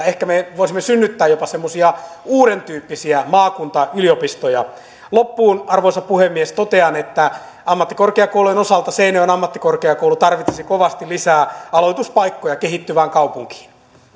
ehkä me voisimme synnyttää jopa uudentyyppisiä maakuntayliopistoja loppuun arvoisa puhemies totean että ammattikorkeakoulujen osalta seinäjoen ammattikorkeakoulu tarvitsisi kovasti lisää aloituspaikkoja kehittyvään kaupunkiin